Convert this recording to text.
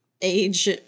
age